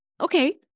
okay